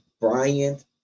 Bryant